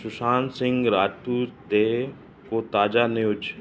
शुशांत सिंह राजपूत ते को ताज़ा न्यूज